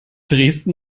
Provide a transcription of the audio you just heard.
dresden